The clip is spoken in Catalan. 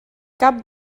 cap